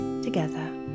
together